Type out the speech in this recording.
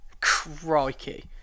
crikey